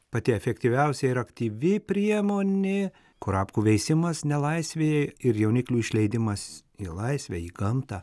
pati efektyviausia ir aktyvi priemonė kurapkų veisimas nelaisvėje ir jauniklių išleidimas į laisvę į gamtą